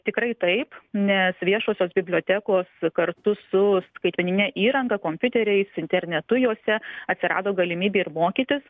tikrai taip nes viešosios bibliotekos kartu su skaitmenine įranga kompiuteriais internetu juose atsirado galimybė ir mokytis